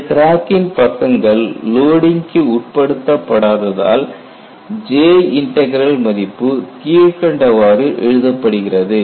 இந்த கிராக்கின் பக்கங்கள் லோடிங்க்கு உட்படுத்தப் படாததால் J இன்டக்ரல் மதிப்பு கீழ்கண்டவாறு எழுதப்படுகிறது